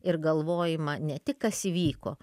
ir galvojimą ne tik kas įvyko